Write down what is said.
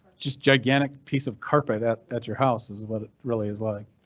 just gigantic piece of carpet at at your house is what it really is like.